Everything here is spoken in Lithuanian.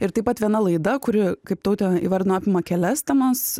ir taip pat viena laida kuri kaip tautė įvardino apima kelias temas